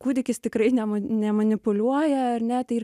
kūdikis tikrai neman nemanipuliuoja ar ne tai